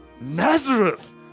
Nazareth